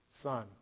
son